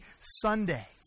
Sunday